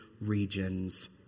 regions